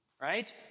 right